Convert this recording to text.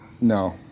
No